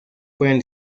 pueden